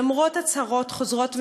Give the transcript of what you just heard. למרות הצהרות חוזרות ונשנות.